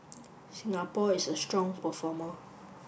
Singapore is a strong performer